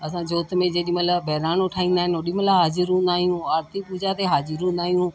असां जोत में जेॾी महिल बहिराणो ठाहींदा आहिनि ओॾी महिल हाजिर हूंदा आहियूं आरिती पूॼा ते हाजिर हूंदा आहियूं